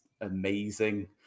amazing